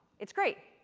it's great.